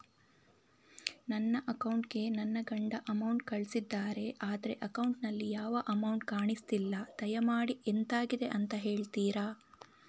ನನ್ನ ಅಕೌಂಟ್ ಗೆ ನನ್ನ ಗಂಡ ಅಮೌಂಟ್ ಕಳ್ಸಿದ್ದಾರೆ ಆದ್ರೆ ಅಕೌಂಟ್ ನಲ್ಲಿ ಯಾವ ಅಮೌಂಟ್ ಕಾಣಿಸ್ತಿಲ್ಲ ದಯಮಾಡಿ ಎಂತಾಗಿದೆ ಅಂತ ಹೇಳ್ತೀರಾ?